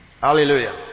Hallelujah